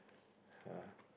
!huh!